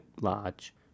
large